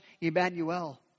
Emmanuel